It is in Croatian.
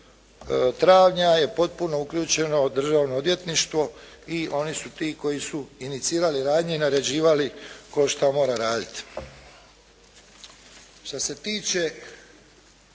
travnja je potpuno uključeno državno odvjetništvo i oni su ti koji su inicirali radnje i naređivali tko šta mora raditi. Što se tiče